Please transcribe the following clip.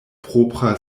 propra